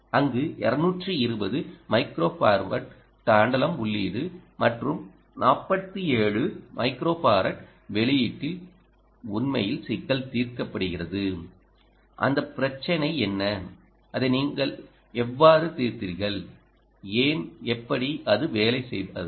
அங்கு 220 microfarad tantalum உள்ளீடு மற்றும் 47 மைக்ரோஃபாரட் வெளியீட்டில் உண்மையில் சிக்கல் தீர்க்கப்படுகிறது அந்த பிரச்சினை என்ன அதை நீங்கள் எவ்வாறு தீர்த்தீர்கள் ஏன் எப்படி அது வேலை செய்தது